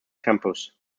campus